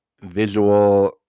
visual